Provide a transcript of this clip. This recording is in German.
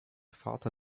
vater